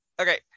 Okay